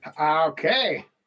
Okay